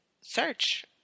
search